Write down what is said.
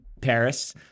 Paris